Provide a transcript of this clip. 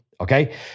Okay